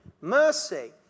Mercy